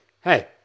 Hey